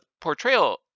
portrayal